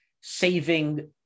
saving